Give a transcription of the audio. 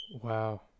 Wow